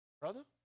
brother